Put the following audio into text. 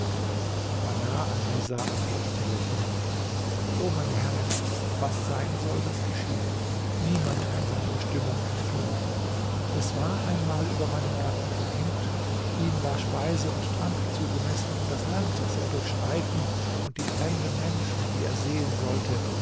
alnisa antwortet lächelnd o meine herrin was sein soll das geschieht niemand kann seiner bestimmung entfliehen es war einmal über meinen gatten verhängt ihm war speise und trank zugemessen und das land das er durchschreiten und die fremden menschen die er sehen sollte